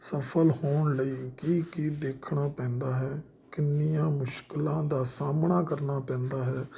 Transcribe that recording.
ਸਫ਼ਲ ਹੋਣ ਲਈ ਕੀ ਕੀ ਦੇਖਣਾ ਪੈਂਦਾ ਹੈ ਕਿੰਨੀਆਂ ਮੁਸ਼ਕਲਾਂ ਦਾ ਸਾਹਮਣਾ ਕਰਨਾ ਪੈਂਦਾ ਹੈ